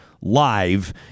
live